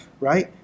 right